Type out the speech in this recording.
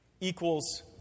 equals